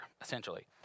essentially